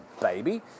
baby